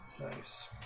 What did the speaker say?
Nice